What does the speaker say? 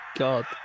god